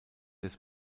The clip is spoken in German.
des